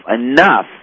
enough